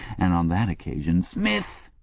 and on that occasion smith!